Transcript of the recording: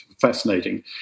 fascinating